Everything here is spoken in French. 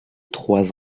trois